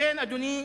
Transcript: לכן, אדוני,